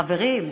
חברים,